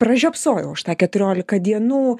pražiopsojau aš tą keturiolika dienų